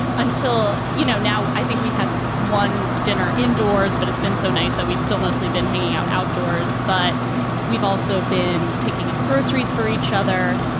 until, you know, now i think we've had one dinner indoors, but it's been so nice that we've still mostly been hanging out outdoors. but we've also been picking up groceries for each other,